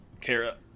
Kara